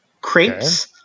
crepes